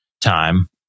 time